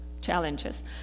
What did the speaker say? challenges